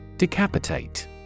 Decapitate